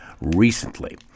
recently